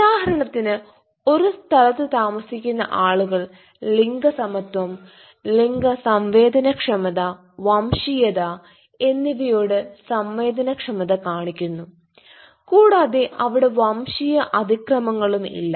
ഉദാഹരണത്തിന് ഒരു സ്ഥലത്തു താമസിക്കുന്ന ആളുകൾ ലിംഗസമത്വം ലിംഗ സംവേദനക്ഷമത വംശീയത എന്നിവയോട് സംവേദനക്ഷമത കാണിക്കുന്നു കൂടാതെ അവിടെ വംശീയ അതിക്രമങ്ങലും ഇല്ല